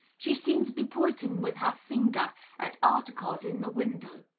she seemed to be pointing with her finger at articles in the window,